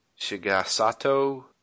Shigasato